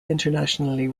internationally